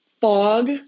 fog